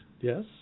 Yes